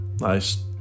nice